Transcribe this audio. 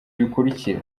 bikurikira